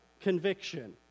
conviction